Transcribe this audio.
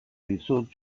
dizut